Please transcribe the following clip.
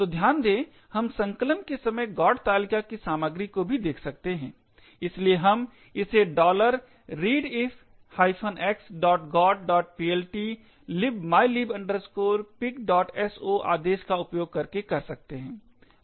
तो ध्यान दें हम संकलन के समय GOT तालिका की सामग्री को भी देख सकते हैं इसलिए हम इसे readelf x got plt libmylib picso आदेश का उपयोग करके कर सकते हैं